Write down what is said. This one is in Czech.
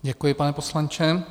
Děkuji, pane poslanče.